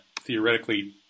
theoretically